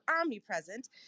omnipresent